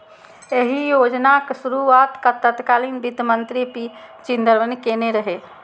एहि योजनाक शुरुआत तत्कालीन वित्त मंत्री पी चिदंबरम केने रहै